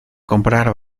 comprar